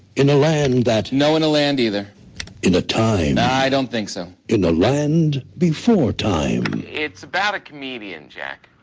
in a land that no in a land either in a time i don't think so in a land before time it's about a comedian jack